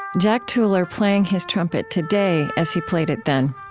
jack tueller playing his trumpet today as he played it then.